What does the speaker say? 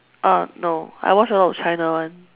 uh no I watch a lot of China one